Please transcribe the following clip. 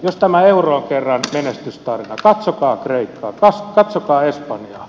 jos tämä euro on kerran menestystarina katsokaa kreikkaa katsokaa espanjaa